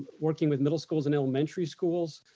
working with middle schools and elementary schools,